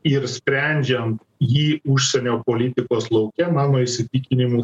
ir sprendžiant jį užsienio politikos lauke mano įsitikinimu